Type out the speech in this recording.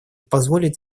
позволит